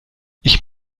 ich